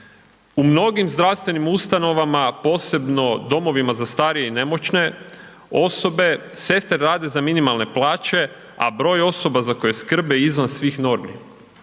U mnogim zdravstvenim ustanovama, posebno domovima za starije i nemoćne osobe, sestre rade za minimalne plaće, a broj osoba za koje skrbe je izvan svih normi.